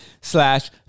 slash